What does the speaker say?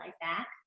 back